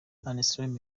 alessandro